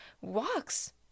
walks